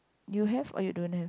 you have or you don't have